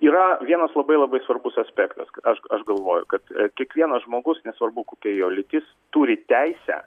yra vienas labai labai svarbus aspektas aš aš galvoju kad kiekvienas žmogus nesvarbu kokia jo lytis turi teisę